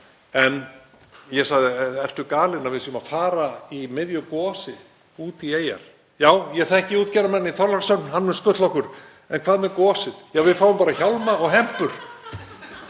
En ég sagði: Ertu galinn, að við séum að fara í miðju gosi út í Eyjar? Já, ég þekki útgerðarmann í Þorlákshöfn, hann mun skutla okkur. En hvað með gosið? Ja, við fáum bara hjálma og hempur.